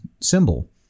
symbol